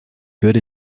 good